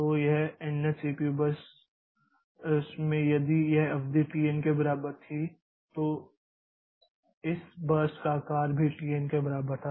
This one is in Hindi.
तो यह nth सीपीयू बर्स्ट में यदि यह अवधि t n के बराबर थी तो इस बर्स्ट का आकार भी t n के बराबर था